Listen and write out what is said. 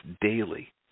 daily